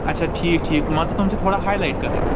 اَچھا ٹھیٖک ٹھیٖک مان ژٕ تِم چھِ تھوڑا ہاے لایِٹ کَرٕنۍ